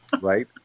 Right